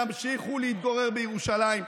ימשיכו להתגורר בירושלים.